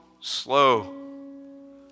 slow